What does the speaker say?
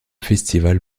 festival